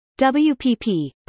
wpp